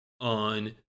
on